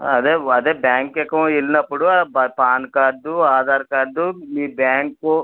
అదే అదే బ్యాంక్ అకౌ వెళ్ళినప్పుడు పాన్ కార్డు ఆధార్ కార్డు మీ బ్యాంకు